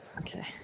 Okay